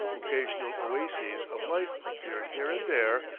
occasional oases of life appeared here and there,